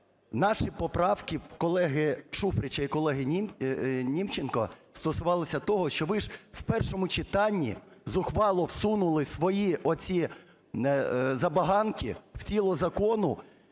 наші поправки, колеги Шуфрича і колеги Німченка, стосувалися того, що ви ж в першому читанні зухвало всунули свої оці забаганки в тіло закону